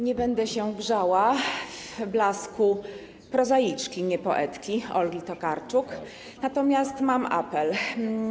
Nie będę się grzała w blasku prozaiczki - nie poetki - Olgi Tokarczuk, natomiast mam apel.